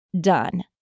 done